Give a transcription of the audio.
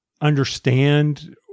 understand